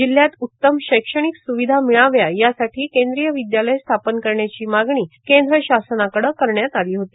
जिल्हयात उत्तम शैक्षणिक सुविधा मिळाव्या यासाठी केंद्रीय विदयालय स्थापन करण्याची मागणी केंद्र शासनाकडे करण्यात आली होती